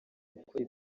gukora